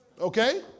Okay